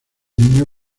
niño